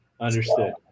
Understood